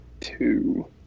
two